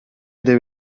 деп